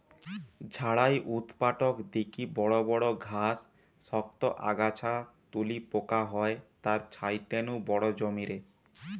ঝাড়াই উৎপাটক দিকি বড় বড় ঘাস, শক্ত আগাছা তুলি পোকা হয় তার ছাইতে নু বড় জমিরে